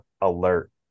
alert